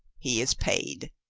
he is paid.